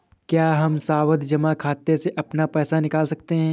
क्या हम सावधि जमा खाते से अपना पैसा निकाल सकते हैं?